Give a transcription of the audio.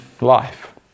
life